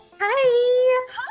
Hi